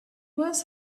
was